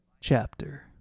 chapter